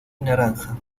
naranja